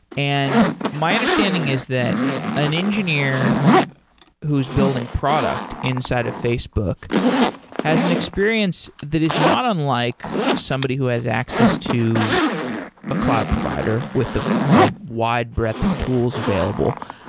and my understanding is that an engineer engineer who's building product inside of facebook has an experience that is not unlike somebody who has access to a cloud provider with ah a wide breadth of tools available.